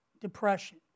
depression